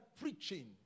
preaching